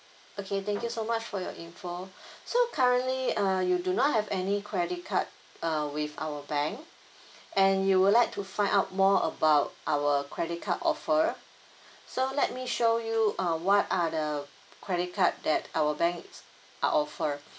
okay thank you so much for your info so currently uh you do not have any credit card uh with our bank and you would like to find out more about our credit card offer so let me show you uh what are the credit card that our banks are offer